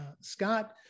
Scott